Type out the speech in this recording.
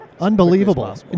unbelievable